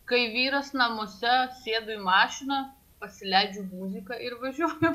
kai vyras namuose sėdu į mašiną pasileidžiu muziką ir važiuoju